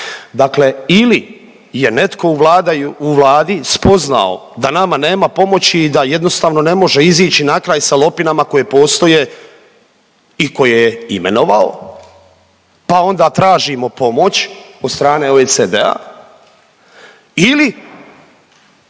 dakle ili je netko u Vladi spoznao da nama nema pomoći i da jednostavno ne može izići na kraj sa lopinama koje postoje i koje je imenovao, pa onda tražimo pomoć od strane OECD-a ili